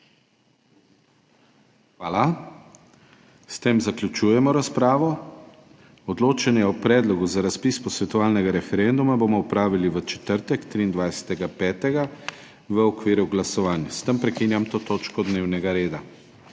Hvala. S tem zaključujemo razpravo. Odločanje o predlogu za razpis posvetovalnega referenduma bomo opravili v četrtek, 23. 5. 2024, v okviru glasovanj. S tem prekinjam to točko dnevnega reda.